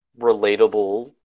relatable